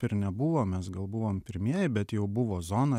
ir nebuvo mes gal buvom pirmieji bet jau buvo zona